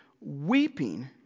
weeping